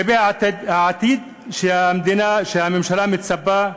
כלפי העתיד שהממשלה מצפה לו.